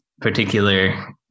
particular